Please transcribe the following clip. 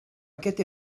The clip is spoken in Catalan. aquest